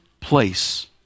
place